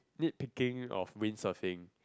nick picking of windsurfing